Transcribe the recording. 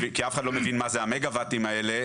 כי אף אחד לא מבין מה זה המגה וואטים האלה,